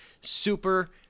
Super